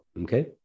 okay